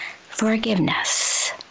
forgiveness